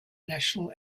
national